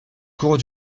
cours